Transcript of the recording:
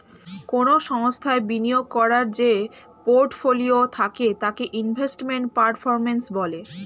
কোন সংস্থায় বিনিয়োগ করার যে পোর্টফোলিও থাকে তাকে ইনভেস্টমেন্ট পারফর্ম্যান্স বলে